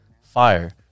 fire